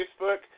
facebook